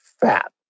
fat